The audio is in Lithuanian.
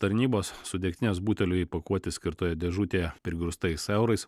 tarnybos su degtinės buteliu įpakuoti skirtoje dėžutėje prigrūstais eurais